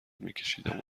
میکشیدم